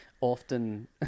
often